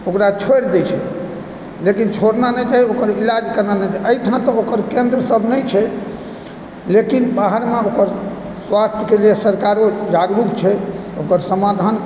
ओकरा छोड़ि दैत छै लेकिन छोड़ना नहि चाही ओकर इलाज करेवाक चाही अहिठाम तऽ ओकर केन्द्रसभ नहि छै लेकिन बाहरमे ओकर स्वास्थ्यके लिए सरकारो जागरूक छै ओकर समाधान